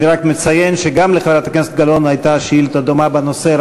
אני רק מציין שגם לחברת הכנסת גלאון הייתה שאילתה דומה בנושא,